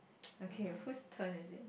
never mind